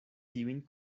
tiujn